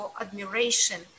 admiration